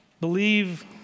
believe